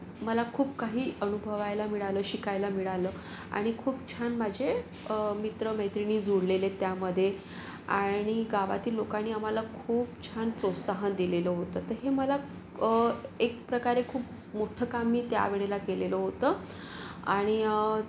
मला खूप काही अनुभवायला मिळालं शिकायला मिळालं आणि खूप छान माझे मित्र मैत्रिणी जुळलेले आहेत त्यामध्ये आणि गावातील लोकांनी आम्हाला खूप छान प्रोत्साहन दिलेलं होतं तर हे मला एक प्रकारे खूप मोठं काम मी त्यावेळेला केलेलं होतं आणि